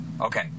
Okay